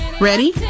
Ready